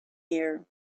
year